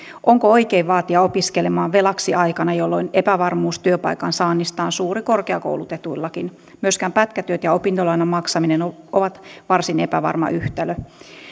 onko oikein vaatia opiskelemaan velaksi aikana jolloin epävarmuus työpaikan saannista on suuri korkeakoulutetuillakin myöskin pätkätyöt ja opintolainan maksaminen ovat varsin epävarma yhtälö